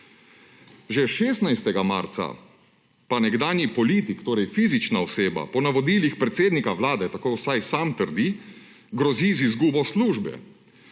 Že 16. marca pa nekdanji politik, torej fizična oseba, po navodilih predsednika vlade, tako vsaj sam trdi, grozi z izgubo službe.